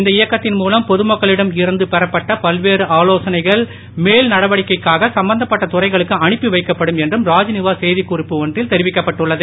இந்த இயக்கத்தின் மூலம் பொதுமக்களிடம் இருந்து பெறப்பட்ட பல்வேறு நடவடிக்கைக்காக சம்பந்தப்பட்ட துறைகளுக்கு அனுப்பி வைக்கப்படும் என்றும் ராத்நிவாஸ் செய்திக்குறிப்பில் ஒன்று தெரிவிக்கப்பட்டுள்ளது